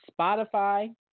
Spotify